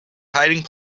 hiding